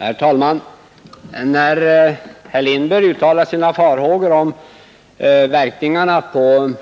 Herr talman! När herr Lindberg uttalar sina farhågor för verkningarna på